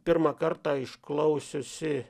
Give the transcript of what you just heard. pirmą kartą išklausiusi